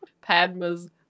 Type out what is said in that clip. Padma's